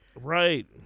Right